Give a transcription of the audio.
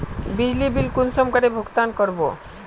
बिजली बिल कुंसम करे भुगतान कर बो?